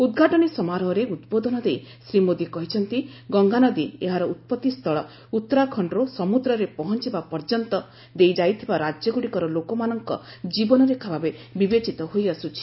ଉଦ୍ଘାଟନୀ ସମାରୋହରେ ଉଦ୍ବୋଧନ ଦେଇ ଶ୍ରୀ ମୋଦୀ କହିଛନ୍ତି ଗଙ୍ଗା ନଦୀ ଏହାର ଉତ୍ପଭିସ୍କଳ ଉତ୍ତରାଖଣ୍ଡରୁ ସମୁଦ୍ରରେ ପହଞ୍ଚବା ପର୍ଯ୍ୟନ୍ତ ଦେଇଯାଉଥିବା ରାଜ୍ୟଗୁଡ଼ିକର ଲୋକମାନଙ୍କ ଜୀବନରେଖା ଭାବେ ବିବେଚିତ ହୋଇଆସୁଛି